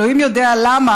אלוהים יודע למה,